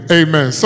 amen